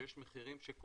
שיש מחירים שקובעים,